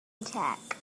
attack